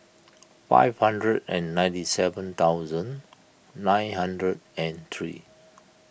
five hundred and ninety seven thousand nine hundred and three